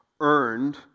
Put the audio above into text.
earned